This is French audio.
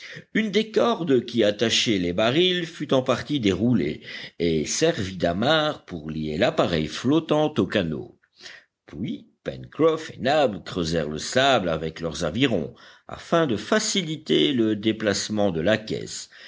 une des cordes qui attachaient les barils fut en partie déroulée et servit d'amarre pour lier l'appareil flottant au canot puis pencroff et nab creusèrent le sable avec leurs avirons afin de faciliter le déplacement de la caisse